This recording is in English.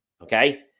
Okay